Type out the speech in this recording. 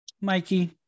Mikey